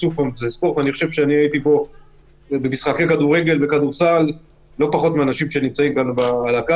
הייתי במשחקי כדורגל וכדורסל לא פחות מאנשים שנמצאים פה בוועדה,